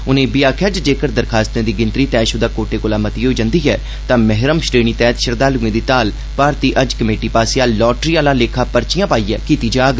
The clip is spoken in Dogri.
उनें इब्बी आक्खेआ कि जेक्कर दरखास्तें दी गिनत्री तैहपुदा कोटे कोला मती होई जन्दी ऐ तां मैहरम श्रेणी तैहत श्रद्धालुएं दी ताल भारतीय हज कमेटी पास्सेआ लाटरी आला लेखा पर्चियां पाइयें कीती जाग